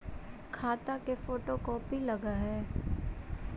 खाता के photo copy लगहै?